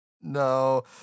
No